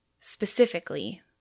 specifically